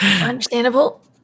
understandable